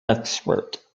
expert